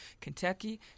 Kentucky